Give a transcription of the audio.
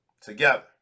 together